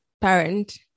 parent